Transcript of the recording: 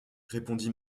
répondit